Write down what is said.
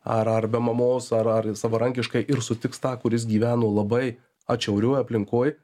ar ar be mamos ar ar savarankiškai ir sutiks tą kuris gyveno labai atšiaurioj aplinkoj